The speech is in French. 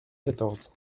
quatorze